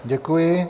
Děkuji.